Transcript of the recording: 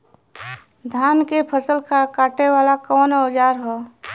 धान के फसल कांटे वाला कवन औजार ह?